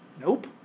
nope